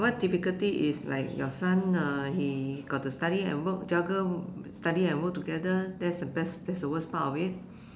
what difficulty is like your son uh he got to study and work juggle study and work together that's that's that's the worst part of it